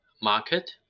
market